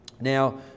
Now